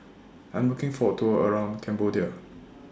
I'm looking For A Tour around Cambodia